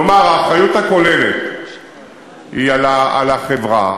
כלומר, האחריות הכוללת היא על החברה.